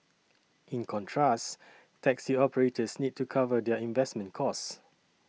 in contrast taxi operators need to cover their investment costs